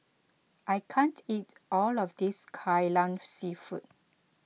I can't eat all of this Kai Lan Seafood